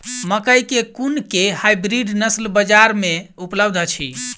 मकई केँ कुन केँ हाइब्रिड नस्ल बजार मे उपलब्ध अछि?